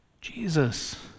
Jesus